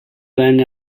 venne